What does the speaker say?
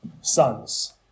sons